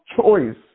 choice